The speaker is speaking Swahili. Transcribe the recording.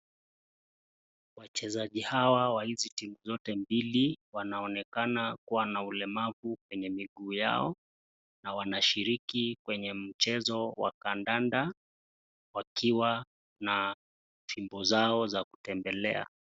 Wachezaji hawa wa hizi timu zote mbili wanaonekana kuwa na ulemavu kwenye miguu yao na wanashiriki kwenye mchezo wa kadada wakiwa na fimbo zao za kutembelea.